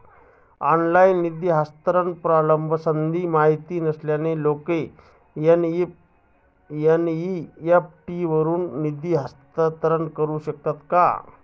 Online निधी हस्तांतरण प्रणालीसंबंधी माहिती नसलेले लोक एन.इ.एफ.टी वरून निधी हस्तांतरण करू शकतात का?